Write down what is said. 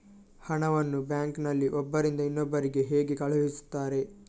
ಹಣವನ್ನು ಬ್ಯಾಂಕ್ ನಲ್ಲಿ ಒಬ್ಬರಿಂದ ಇನ್ನೊಬ್ಬರಿಗೆ ಹೇಗೆ ಕಳುಹಿಸುತ್ತಾರೆ?